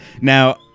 Now